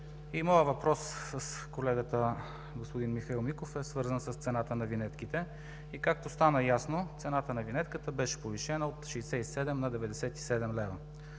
моят въпрос с колегата господин Михаил Миков е свързан с цената на винетките. И както стана ясно, цената на винетката беше повишена от 67 на 97 лв.